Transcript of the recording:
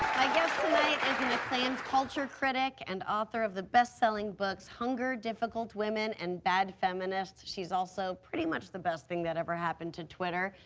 my guest tonight is an acclaimed culture critic and author of the best selling books, hunger, difficult women, and bad feminist. she's also, pretty much the best thing that ever happened to twitter.